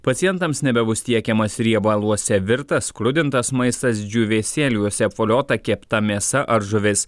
pacientams nebebus tiekiamas riebaluose virtas skrudintas maistas džiūvėsėliuose apvoliota kepta mėsa ar žuvis